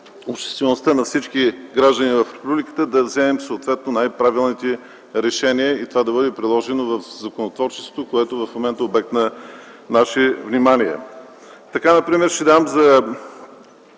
обществеността, на всички граждани в републиката, да вземем съответно най-правилните решения и това да бъде приложено в законотворчеството, което в момента е обект на нашето внимание. Например ще дам за